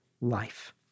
life